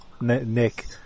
Nick